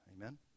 Amen